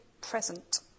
present